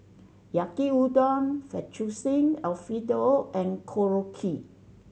Yaki Udon Fettuccine Alfredo and Korokke